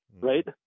right